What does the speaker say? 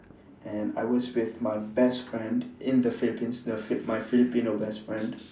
and I was with my best friend in the philippines the f~ my filipino best friend